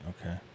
Okay